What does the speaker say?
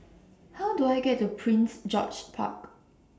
How Do I get to Prince George's Park